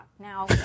Now